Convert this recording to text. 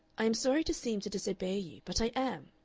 i am sorry to seem to disobey you, but i am.